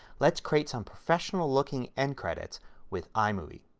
let's create some professional looking end credits with ah imovie.